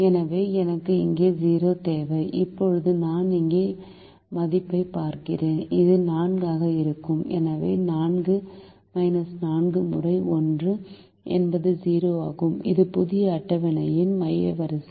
எனவே எனக்கு இங்கே 0 தேவை இப்போது நான் இங்கே மதிப்பைப் பார்க்கிறேன் இது 4 ஆக இருக்கும் எனவே 4 4 முறை 1 என்பது 0 ஆகும் இது புதிய அட்டவணையின் மைய வரிசை